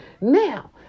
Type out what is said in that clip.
Now